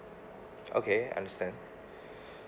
okay understand